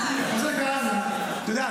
אתה יודע,